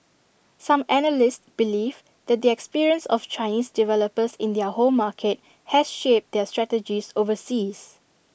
some analysts believe that the experience of Chinese developers in their home market has shaped their strategies overseas